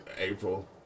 April